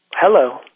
Hello